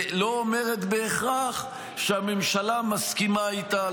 לא אומרת בהכרח שהממשלה מסכימה איתה,